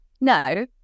no